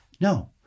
No